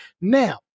Now